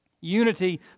Unity